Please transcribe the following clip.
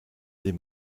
des